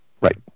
Right